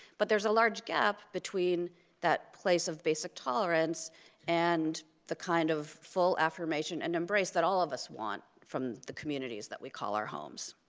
but there's a large gap between that place of basic tolerance and the kind of full affirmation and embrace that all of us want from the communities that we call our homes.